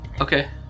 Okay